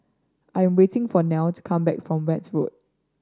I am waiting for Niled to come back from Weld Road